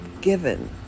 given